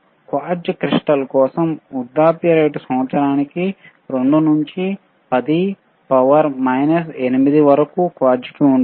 quartz crystal కోసం వృద్ధాప్య రేట్లు సంవత్సరానికి 2 నుండి 10 8 వరకు క్వార్ట్జ్ కి ఉంటుంది